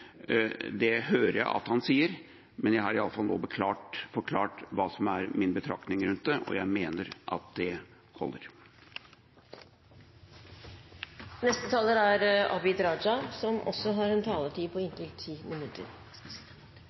saksordfører, hører jeg at han sier, men jeg har i alle fall nå forklart hva som er mine betraktninger rundt det, og jeg mener at det holder. Jeg noterer meg at komitélederen ikke ønsker å gå tilbake på de uttalelsene han har